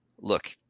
Look